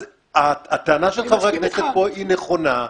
אז הטענה של חברי הכנסת פה היא נכונה.